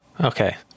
Okay